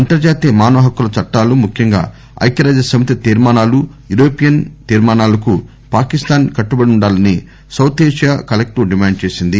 అంతర్జాతీయ మానవ హక్కుల చట్టాలు ముఖ్యంగా ఐక్కరాజ్య సమితి తీర్మానాలు యూరోపియన్ తీర్మానాలకు పాకిస్థాన్ కట్టుబడి ఉండాలని సౌత్ ఏసియా కలెక్టివ్ డిమాండ్ చేసింది